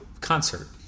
Concert